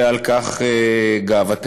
ועל כך גאוותנו.